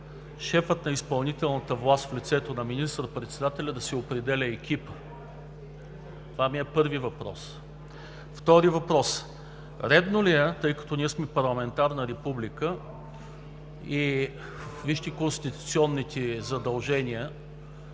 шефът на изпълнителната власт, в лицето на министър-председателя, да си определя екипа? Това е първият ми въпрос. Вторият въпрос: редно ли е, тъй като ние сме парламентарна република, вижте конституционните задължения,